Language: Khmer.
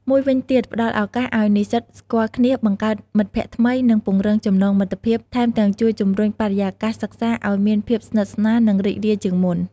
មួយវិញទៀត ផ្ដល់ឱកាសឱ្យនិស្សិតស្គាល់គ្នា បង្កើតមិត្តភក្តិថ្មី និងពង្រឹងចំណងមិត្តភាព ថែមទាំងជួយជំរុញបរិយាកាសសិក្សាអោយមានភាពស្និទ្ធស្នាល និងរីករាយជាងមុន។